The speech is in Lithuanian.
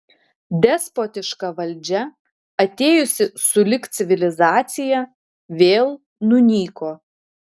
despotiška valdžia atėjusi sulig civilizacija vėl nunyko